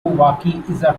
wake